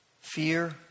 fear